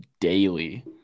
daily